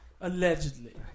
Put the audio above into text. allegedly